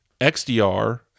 xdr